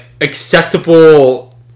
acceptable